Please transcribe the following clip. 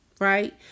right